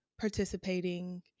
participating